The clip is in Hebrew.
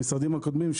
במשרדים הקודמים,